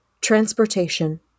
transportation